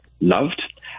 loved